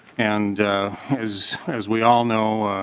and as as we all know